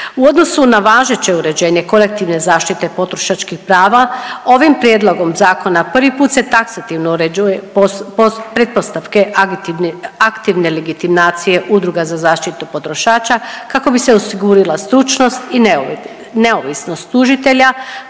U odnosu na važeće uređenje kolektivne zaštite potrošačkih prava ovim prijedlogom zakona prvi put se taksativno uređuje pretpostavke aktivne legitimacije udruga za zaštitu potrošača kako bi se osigurala stručnost i neovisnost tužitelja